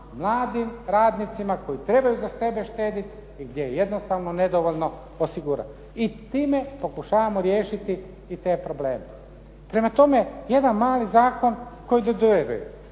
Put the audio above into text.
mladim radnicima koji trebaju za sebe štediti i gdje jednostavno nedovoljno osigurati, i time pokušavamo riješiti i te probleme. Prema tome, jedan mali zakon koji dodiruje